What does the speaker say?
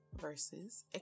versus